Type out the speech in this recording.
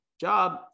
job